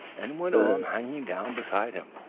and one arm hanging down beside him.